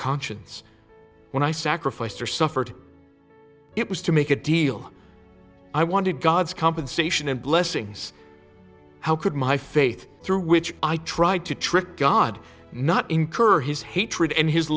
conscience when i sacrificed or suffered it was to make a deal i wanted god's compensation and blessings how could my faith through which i tried to trick god not incur his hatred and his